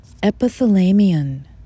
Epithalamion